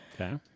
Okay